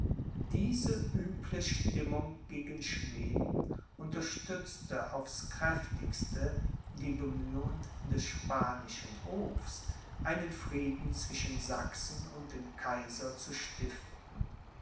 diese üble stimmung gegen schweden unterstützte aufs kräftigste die bemühungen des spanischen hofs einen frieden zwischen sachsen und dem kaiser zu stiften